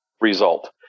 result